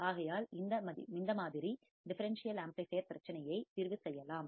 ஆகையால் இந்த மாதிரி டிபரன்சியல் ஆம்ப்ளிபையர் பிரச்சனையை தீர்வு செய்யலாம்